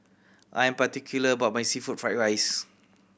I'm particular about my seafood fried rice